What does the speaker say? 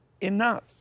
enough